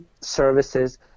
services